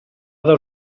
dal